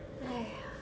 !aiya!